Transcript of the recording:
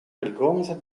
pellgomzet